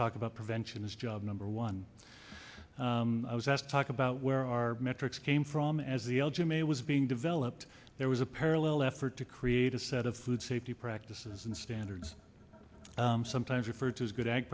talk about prevention is job number one i was asked to talk about where our metrics came from as the l g m a was being developed there was a parallel effort to create a set of food safety practices and standards sometimes referred to as good a